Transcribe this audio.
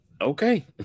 Okay